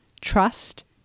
trust